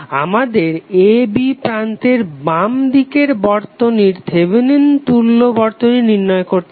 আমাদের a b প্রান্তের বাম দিকের বর্তনীর থেভেনিন তুল্য বর্তনী নির্ণয় করতে হবে